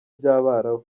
by’abarabu